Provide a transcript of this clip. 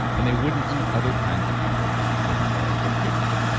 and they wouldn't eat other kinds of eucalyptus because koalas are picky,